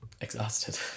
exhausted